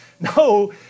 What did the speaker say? No